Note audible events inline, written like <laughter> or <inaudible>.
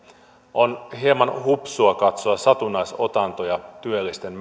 on hieman hupsua katsoa satunnaisotantoja työllisten <unintelligible>